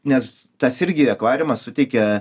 nes tas irgi akvariumas suteikia